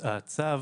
הצו